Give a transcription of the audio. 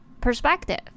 perspective